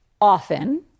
often